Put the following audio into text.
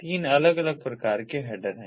तीन अलग अलग प्रकार के हेडर हैं